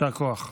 יישר כוח.